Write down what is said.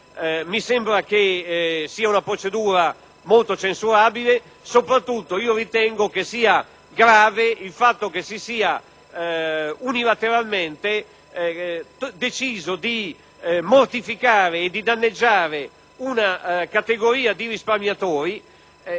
Mi sembra una procedura molto censurabile e ritengo grave il fatto che si sia unilateralmente deciso di mortificare e danneggiare una categoria di risparmiatori.